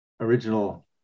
original